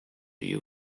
you